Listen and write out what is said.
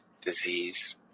disease